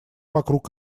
вокруг